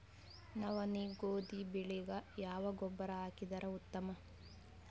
ನವನಿ, ಗೋಧಿ ಬೆಳಿಗ ಯಾವ ಗೊಬ್ಬರ ಹಾಕಿದರ ಉತ್ತಮ?